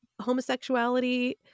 homosexuality